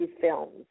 films